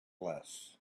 less